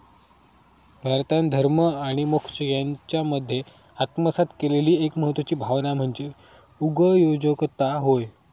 भारतान धर्म आणि मोक्ष यांच्यामध्ये आत्मसात केलेली एक महत्वाची भावना म्हणजे उगयोजकता होय